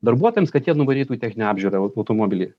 darbuotojams kad jie nuvarytų į techninę apžiūrą automobilį